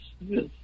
Yes